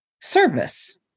service